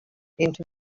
into